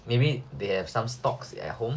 maybe they have some stocks at home